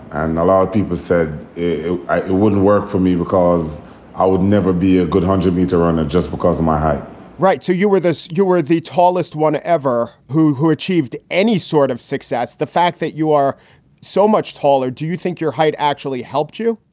and a lot of people said it wouldn't work for me because i would never be a good hundred meter runner just because of my height right. so you were this you were the tallest one ever. who who achieved any sort of success? the fact that you are so much taller. do you think your height actually helped you?